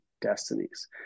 destinies